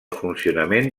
funcionament